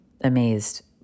amazed